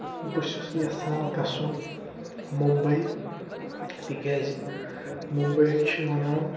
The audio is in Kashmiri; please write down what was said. بہٕ چھُس یژھان گژھُن ممبے تِکیٛازِ مُمبے چھِ وَنان